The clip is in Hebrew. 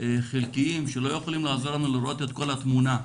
חלקיים שלא יכולים לעזור לנו לראות את כל התמונה.